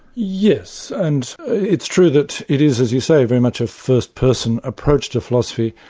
yes, and it's true that it is, as you say, very much a first-person approach to philosophy.